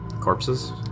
Corpses